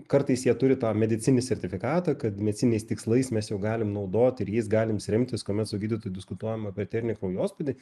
kartais jie turi tą medicininį sertifikatą kad medicininiais tikslais mes jau galim naudoti ir jais galim remtis kuomet su gydytoju diskutuojam apie arterinį kraujospūdį